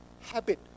habit